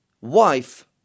wife